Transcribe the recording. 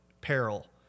peril